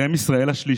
והם ישראל השלישית,